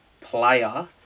player